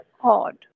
odd